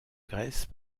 grèce